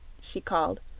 she called,